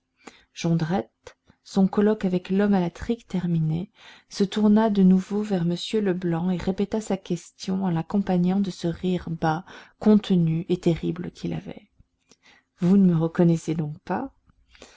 jondrette son colloque avec l'homme à la trique terminé se tourna de nouveau vers m leblanc et répéta sa question en l'accompagnant de ce rire bas contenu et terrible qu'il avait vous ne me reconnaissez donc pas